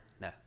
No